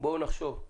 בואו נחשוב.